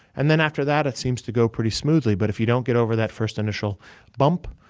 and, then, after that, it seems to go pretty smoothly. but if you don't get over that first initial bump,